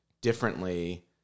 differently